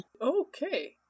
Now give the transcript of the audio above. Okay